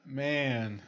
man